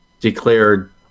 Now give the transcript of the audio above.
declared